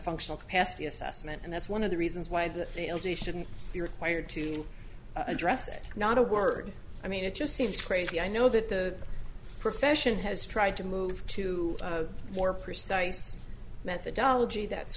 functional capacity assessment and that's one of the reasons why the l g shouldn't be required to address it not a word i mean it just seems crazy i know that the profession has tried to move to a more precise methodology that